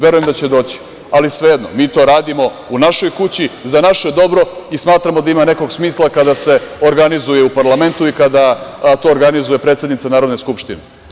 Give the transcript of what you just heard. Verujem da će doći, ali svejedno, mi to radimo u našoj kući, za naše dobro i smatramo da ima nekog smisla kada se organizuje u parlamentu i kada to organizuje predsednica Narodne skupštine.